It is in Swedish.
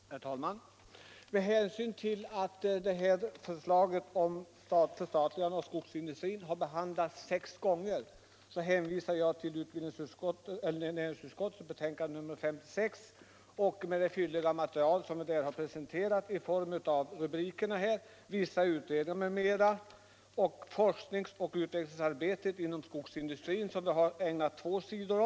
Herr talman! Med hänsyn till att samma förslag om förstatligande av skogsindustrin har behandlats sex gånger hänvisar jag till utskottsbetänkandet 56. Där finns ett fylligt material som jag kan presentera genom rubrikerna. Vissa utredningar är redovisade liksom forskningsoch utvecklingsarbete inom skogsindustrin, som vi ägnat två sidor.